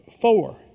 four